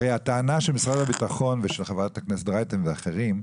הרי הטענה של משרד הביטחון ושל חברת הכנסת רייטן ואחרים,